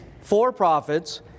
for-profits